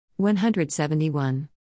171